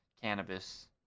cannabis